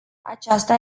aceasta